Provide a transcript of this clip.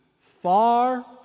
far